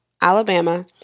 Alabama